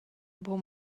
buca